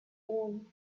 own